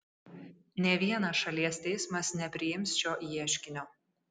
nė vienas šalies teismas nepriims šio ieškinio